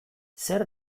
zer